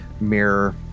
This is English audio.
mirror